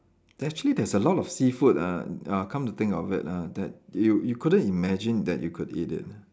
actually there's a lot of seafood ah uh come to think of it lah that you you couldn't imagine that you could eat it lah